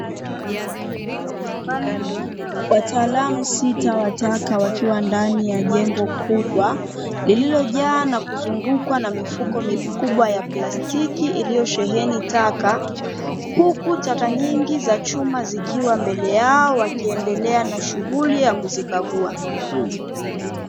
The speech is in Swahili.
Wataalamu sita wa taka wakiwa ndani ya jengo kubwa liliojaa na kuzungukwa na mifuko mikubwa ya plastiki iliyosheheni taka, huku taka nyingi za chuma zikiwa mbele yao wakiendelea na shughuli ya kuzikagua.